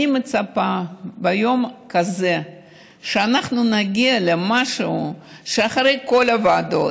אני מצפה ביום כזה שאנחנו נגיע למשהו שאחרי כל הוועדות